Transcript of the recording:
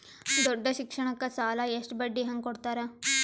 ದೊಡ್ಡ ಶಿಕ್ಷಣಕ್ಕ ಸಾಲ ಎಷ್ಟ ಬಡ್ಡಿ ಹಂಗ ಕೊಡ್ತಾರ?